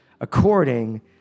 according